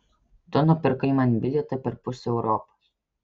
tu nupirkai man bilietą per pusę europos